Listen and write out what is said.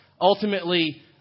ultimately